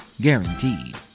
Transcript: Guaranteed